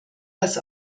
dass